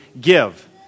give